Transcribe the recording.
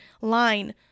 line